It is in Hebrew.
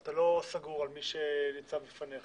אתה לא סגור על מי שניצב בפניך,